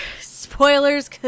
spoilers